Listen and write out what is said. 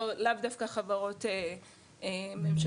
לאו דווקא חברות ממשלתיות,